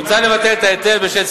מוצע לבטל את ההיטל בשל,